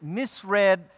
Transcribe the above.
misread